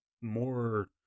more